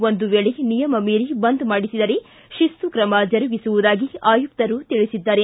ಒಂದು ವೇಳೆ ನಿಯಮ ಮೀರಿ ಬಂದ್ ಮಾಡಿಸಿದರೇ ಶಿಸ್ತು ಕ್ರಮ ಜರುಗಿಸುವುದಾಗಿ ಆಯುಕ್ತರು ತಿಳಿಸಿದ್ದಾರೆ